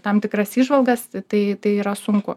tam tikras įžvalgas tai tai yra sunku